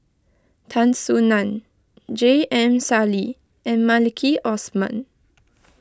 Tan Soo Nan J M Sali and Maliki Osman